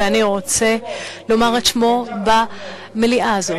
ואני רוצה לומר את שמו במליאה הזאת,